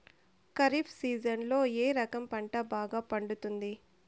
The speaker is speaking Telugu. ఖరీఫ్ సీజన్లలో ఏ రకం పంట బాగా పండుతుంది